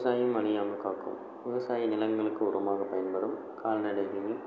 விவசாயம் அழியாமல் காக்கும் விவசாய நிலங்களுக்கு உரமாக பயன்படும் கால்நடைகளின்